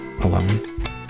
alone